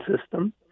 system